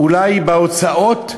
אולי בהוצאות,